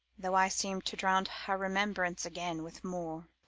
though i seem to drown her remembrance again with more.